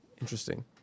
Interesting